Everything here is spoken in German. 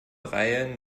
reihe